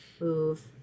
move